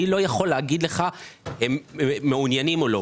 אני לא יכול להגיד אם הם מעוניינים או לא.